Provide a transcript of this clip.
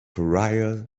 pariah